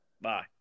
Bye